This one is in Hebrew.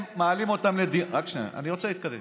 רק שנייה,